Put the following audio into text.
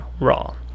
Raw